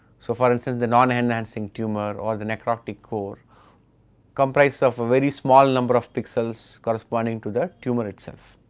so, for instance the non-enhancing tumour or the necrotic core comprised of a very small number of pixels corresponding to the tumour itself.